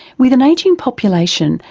with an ageing population,